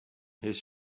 his